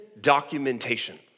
documentation